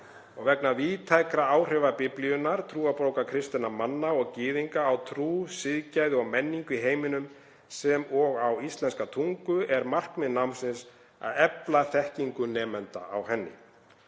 Vegna víðtækra áhrifa Biblíunnar, trúarbókar kristinna manna og gyðinga, á trú, siðgæði og menningu í heiminum sem og á íslenska tungu, er markmið námsins að efla þekkingu nemenda á henni.